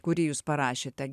kurį jūs parašėte